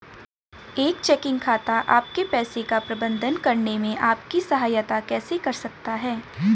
एक चेकिंग खाता आपके पैसे का प्रबंधन करने में आपकी सहायता कैसे कर सकता है?